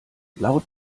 laut